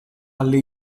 alle